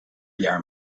jaar